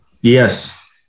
Yes